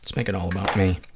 make it all about me.